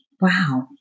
Wow